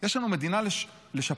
יש לנו מדינה לשפץ.